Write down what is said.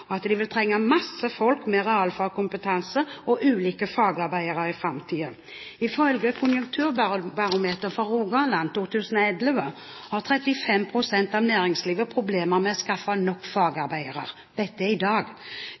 og ifølge dem vil de trenge masse folk med realfagkompetanse og ulike fagarbeidere i framtiden. Ifølge Konjunkturbarometeret for Rogaland i januar 2011 har 35 pst. av næringslivet problemer med å skaffe nok fagarbeidere. Dette er i dag.